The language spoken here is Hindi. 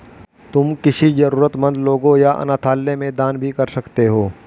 तुम किसी जरूरतमन्द लोगों या अनाथालय में दान भी कर सकते हो